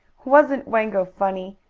wasn't wango funny?